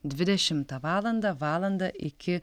dvidešimtą valandą valandą iki